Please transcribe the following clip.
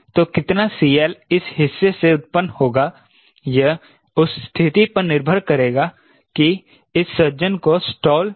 तो कितना CL इस हिस्से से उत्पन्न होगा यह उस स्थिति पर निर्भर करेगा कि इस सज्जन को स्टाल नहीं करना चाहिए